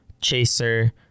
chaser